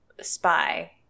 spy